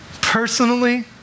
personally